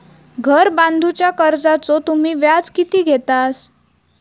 घर बांधूच्या कर्जाचो तुम्ही व्याज किती घेतास?